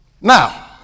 Now